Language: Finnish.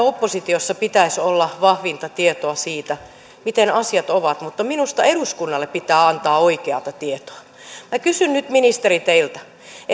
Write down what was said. oppositiossa pitäisi olla vahvinta tietoa siitä miten asiat ovat mutta minusta eduskunnalle pitää antaa oikeata tietoa minä kysyn nyt ministeri teiltä